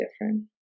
different